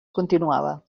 continuava